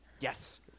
Yes